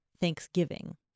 Thanksgiving